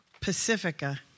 Pacifica